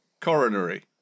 coronary